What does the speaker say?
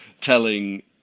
telling